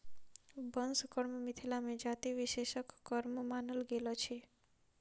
बंस कर्म मिथिला मे जाति विशेषक कर्म मानल गेल अछि